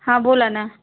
हा बोला ना